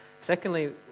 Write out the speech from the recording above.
Secondly